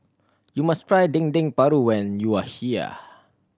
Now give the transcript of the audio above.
you must try Dendeng Paru when you are here